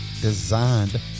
designed